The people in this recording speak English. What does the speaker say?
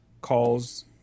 calls